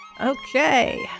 Okay